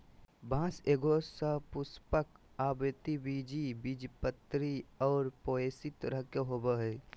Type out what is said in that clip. बाँस एगो सपुष्पक, आवृतबीजी, बीजपत्री और पोएसी तरह के होबो हइ